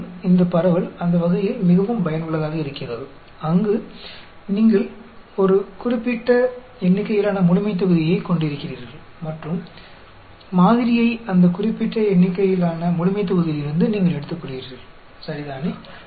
மேலும் இந்த பரவல் அந்த வகையில் மிகவும் பயனுள்ளதாக இருக்கிறது அங்கு நீங்கள் ஒரு குறிப்பிட்ட எண்ணிக்கையிலான முழுமைத்தொகுதியைக் கொண்டிருக்கிறீர்கள் மற்றும் மாதிரியை அந்த குறிப்பிட்ட எண்ணிக்கையிலான முழுமைத்தொகுதியிலிருந்து நீங்கள் எடுத்துக்கொள்கிறீர்கள் சரிதானே